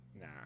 nah